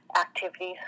Activities